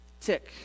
Tick